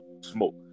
smoke